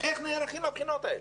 לבחינות האלה.